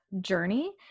journey